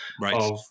right